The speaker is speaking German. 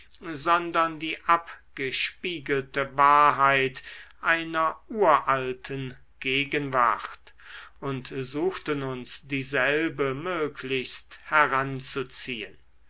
sondern die abgespiegelte wahrheit einer uralten gegenwart und suchten uns dieselbe möglichst heranzuziehen